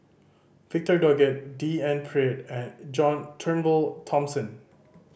Victor Doggett D N Pritt and John Turnbull Thomson